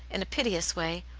in a piteous way,